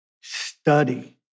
study